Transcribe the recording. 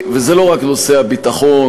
וזה לא רק נושא הביטחון,